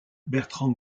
bertrand